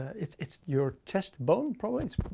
it's it's your chest bone point.